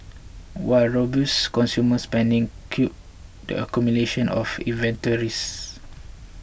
while robust consumer spending curbed the accumulation of inventories